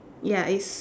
ya it's